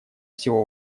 всего